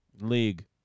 League